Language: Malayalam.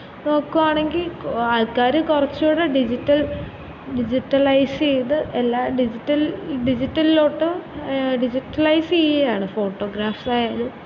നോക്കുകയാണെങ്കിൽ ആൾക്കാർ കുറച്ചു കൂടി ഡിജിറ്റൽ ഡിജിറ്റലൈസ് ചെയ്ത് എല്ലാ ഡിജിറ്റൽ ഡിജിറ്റലിലോട്ട് ഡിജിറ്റലൈസ് ചെയ്യുകയാണ് ഫോട്ടോഗ്രാഫ്സ് ആയാലും